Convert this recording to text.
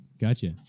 gotcha